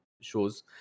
shows